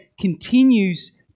continues